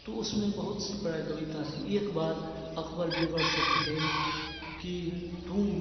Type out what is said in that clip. तो उसमें बहुत सी प्रकार की कविता थी एक बार अकबर बीरबल से की है कि तुम